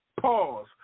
Pause